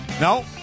No